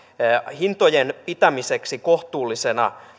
hintojen pitämiseksi kohtuullisena